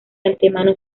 antemano